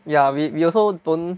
ya we we also don't